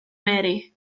mary